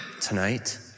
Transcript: tonight